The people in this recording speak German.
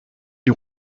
die